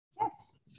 Yes